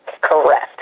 Correct